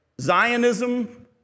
Zionism